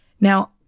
Now